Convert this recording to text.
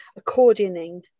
accordioning